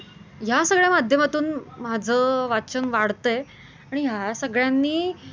ह्या सगळ्या माध्यमातून माझं वाचन वाढत आहे आणि ह्या सगळ्यांनी